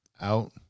out